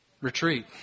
retreat